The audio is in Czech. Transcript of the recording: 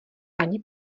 ani